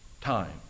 Time